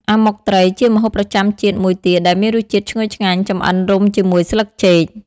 អាម៉ុកត្រី ជាម្ហូបប្រចាំជាតិមួយទៀតដែលមានរសជាតិឈ្ងុយឆ្ងាញ់ ចម្អិនរុំជាមួយស្លឹកចេក ។